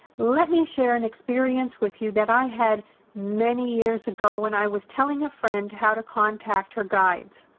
let me share an experience with you that i had many years ago when i was telling a friend how to contact her guides.